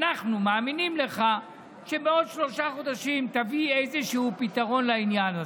אנחנו מאמינים לך שבעוד שלושה חודשים תביא איזשהו פתרון לעניין הזה.